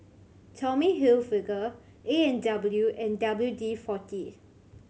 Tommy Hilfiger A and W and W D Forty